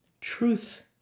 truth